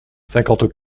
cinquante